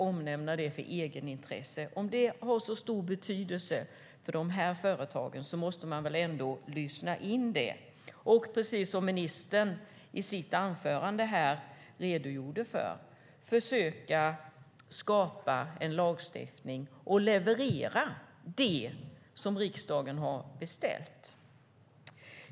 Om det har så stor betydelse för dessa företag måste vi väl lyssna på dem, och precis som ministern sade i sitt inlägg försöka skapa en lagstiftning och leverera det som riksdagen har beställt.